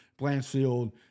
Blanchfield